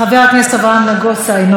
חברת הכנסת חנין זועבי,